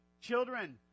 children